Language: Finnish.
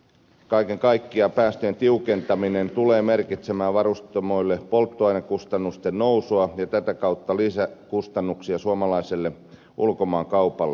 kaiken kaikkiaan päästöjen tiukentaminen tulee merkitsemään varustamoille polttoainekustannusten nousua ja tätä kautta lisäkustannuksia suomalaiselle ulkomaankaupalle